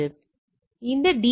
எனவே இந்த டி